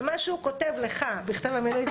ומה שהוא כותב לך בכתב המינוי,